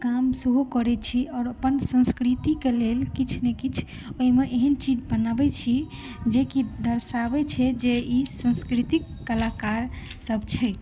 काम सेहो करै छी आओर अपन संस्कृतिकेँ लेल किछु ने किछु ओहिमे एहन चीज बनबै छी जेकि दर्शाबै छै जे ई सांस्कृतिक कलाकार सभ छै